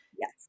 Yes